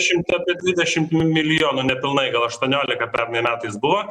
šimta apie dvidešim milijonų nepilnai gal aštuoniolika pernai metais buvo